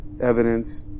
evidence